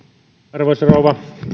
arvoisa rouva